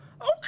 okay